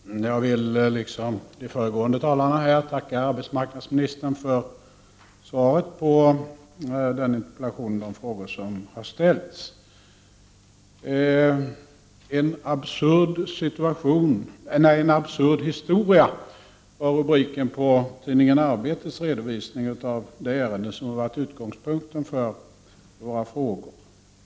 Herr talman! Jag vill liksom de föregående talarna tacka arbetsmarknadsministern för svaret på den interpellation och de frågor som har ställts. ”En absurd historia”, var rubriken på tidningen Arbetets redovisning av detta ärende som varit utgångspunkten för våra frågor.